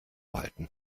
halten